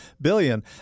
billion